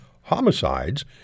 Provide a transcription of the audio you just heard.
homicides